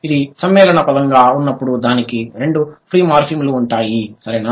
ఇది సమ్మేళన పదంగా ఉన్నప్పుడు దానికి రెండూ ఫ్రీ మార్ఫిమ్లు ఉంటాయి సరేనా